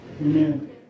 Amen